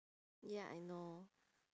ya I know